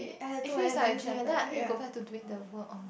it feels like a dream then I need to go back to doing the work